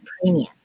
premium